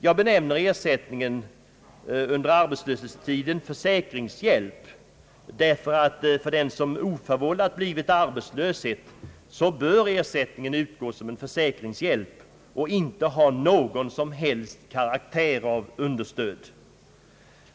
Jag benämner ersättningen under arbetslöshetstiden försäkringshjälp, därför att för den som oförvållat blivit arbetslös bör ersättningen utgå som försäkringshjälp och inte ha någon som helst karaktär av understöd.